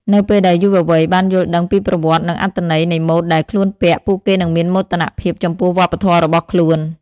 នៅពេលដែលយុវវ័យបានយល់ដឹងពីប្រវត្តិនិងអត្ថន័យនៃម៉ូដដែលខ្លួនពាក់ ពួកគេនឹងមានមោទនភាពចំពោះវប្បធម៌របស់ខ្លួន។